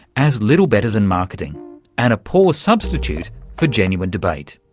as little better than marketing and a poor substitute for genuine debate.